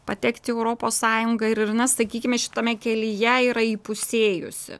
patekt į europos sąjungą ir ir na sakykime šitame kelyje yra įpusėjusi